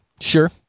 Sure